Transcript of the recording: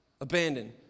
abandoned